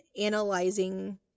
analyzing